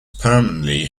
permanently